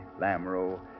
Lamro